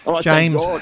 James